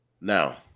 Now